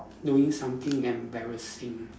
doing something embarrassing